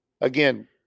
again